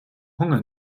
hunger